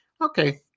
Okay